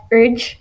urge